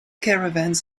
caravans